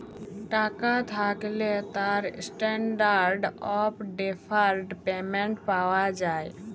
টাকা থ্যাকলে তার ইসট্যানডারড অফ ডেফারড পেমেন্ট পাওয়া যায়